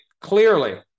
clearly